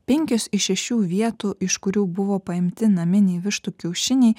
penkios iš šešių vietų iš kurių buvo paimti naminiai vištų kiaušiniai